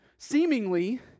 seemingly